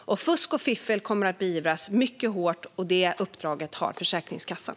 Fusk och fiffel kommer att beivras mycket hårt, och det uppdraget har Försäkringskassan.